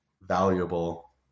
valuable